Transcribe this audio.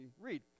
read